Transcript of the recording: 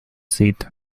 seat